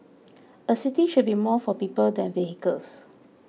a city should be more for people than vehicles